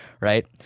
right